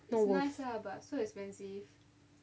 not worth